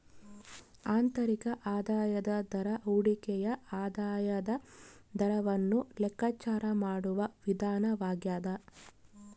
ಆಂತರಿಕ ಆದಾಯದ ದರ ಹೂಡಿಕೆಯ ಆದಾಯದ ದರವನ್ನು ಲೆಕ್ಕಾಚಾರ ಮಾಡುವ ವಿಧಾನವಾಗ್ಯದ